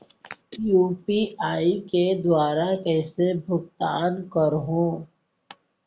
UPI के दुवारा कइसे भुगतान करहों?